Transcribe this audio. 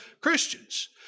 Christians